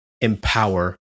empower